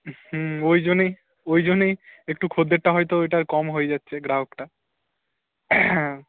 হুম ওই জন্যই ওই জন্যই একটু খদ্দেরটা হয়তো ওটার কম হয়ে যাচ্ছে গ্রাহকটা হ্যাঁ